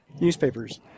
Newspapers